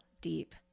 deep